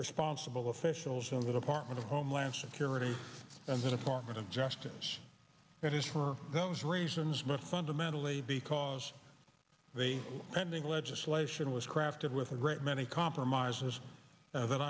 responsible officials in the department of homeland security and the department of justice it is for those reasons but fundamentally because they pending legislation was crafted with a great many compromises that